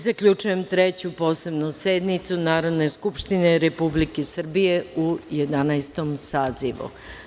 Zaključujem Treću posebnu sednicu Narodne skupštine Republike Srbije u Jedanaestom sazivu.